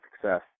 success